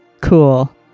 Cool